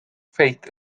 faith